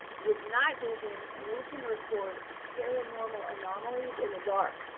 with night vision we can record paranormal anomalies in the dark.